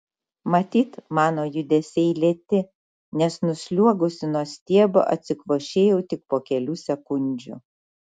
matyt mano judesiai lėti nes nusliuogusi nuo stiebo atsikvošėju tik po kelių sekundžių